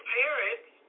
parents